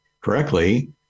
correctly